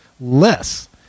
Less